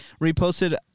reposted